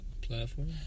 Platform